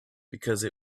because